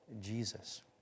Jesus